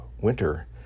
winter